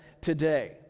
today